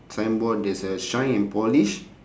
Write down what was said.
signboard there's a shine and polish